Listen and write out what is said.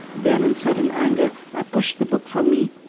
then, in sudden anger, i pushed the book from me,